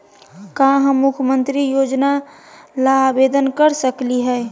का हम मुख्यमंत्री योजना ला आवेदन कर सकली हई?